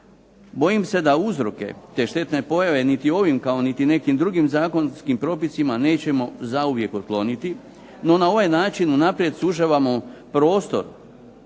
bojim se da uzroke te štetne pojave niti ovim kao niti nekim drugim zakonskim propisima nećemo zauvijek otkloniti, no na ovaj način unaprijed sužavamo prostor